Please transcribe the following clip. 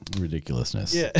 ridiculousness